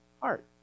heart